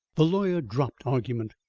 the lawyer dropped argument.